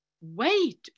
wait